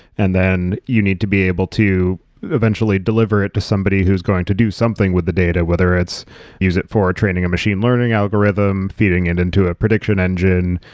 and then you need to be able to eventually deliver it to somebody who's going to do something with the data. whether use it for training a machine learning algorithm. feeding it into a prediction engine,